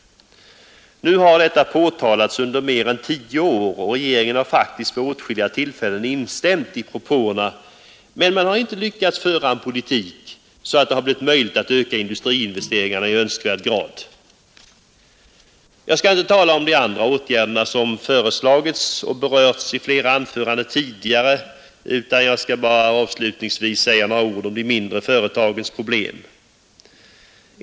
Nu har detta påtalats under mer än tio år, och regeringen har faktiskt vid åtskilliga tillfällen instämt i propåerna, men man har inte lyckats föra en sådan politik att det blivit möjligt att öka industriinvesteringarna i önskvärd grad. Jag skall inte tala om de andra åtgärder som föreslagits och berörts i flera anföranden tidigare, utan jag skall bara avslutningsvis säga några ord om de mindre företagens problem.